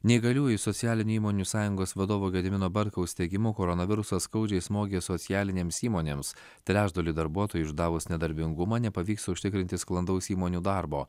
neįgaliųjų socialinių įmonių sąjungos vadovo gedimino bartkaus teigimu koronavirusas skaudžiai smogė socialinėms įmonėms trečdaliui darbuotojų išdavus nedarbingumą nepavyks užtikrinti sklandaus įmonių darbo